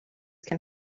can